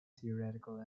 theoretical